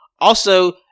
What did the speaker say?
Also-